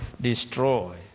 destroy